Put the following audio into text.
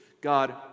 God